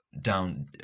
down